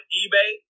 eBay